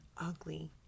ugly